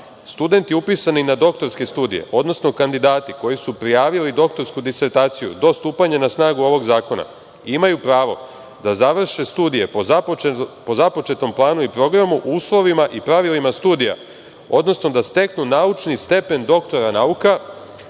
studenti upisani na doktorske studije, odnosno kandidati koji su prijavili doktorsku disertaciju do stupanja na snagu ovog zakona imaju pravo da završe studije po započetom planu i programu u uslovima i pravilima studija, odnosno da steknu naučni stepen doktora nauka